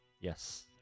Yes